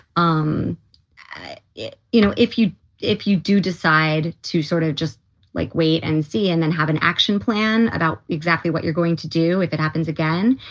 um you know, if you if you do decide to sort of just like wait and see and then have an action plan about exactly what you're going to do, if it happens again,